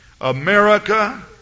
America